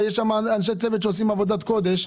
ויש שם אנשי צוות שעושים עבודת קודש,